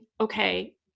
okay